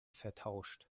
vertauscht